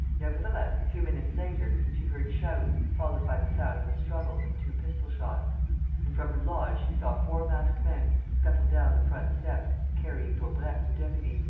nevertheless, a few minutes later, she heard shouts, followed by the sound of a struggle and two pistol-shots and from her lodge she saw four masked men scuttle down the front steps, carrying daubrecq the deputy,